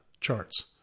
charts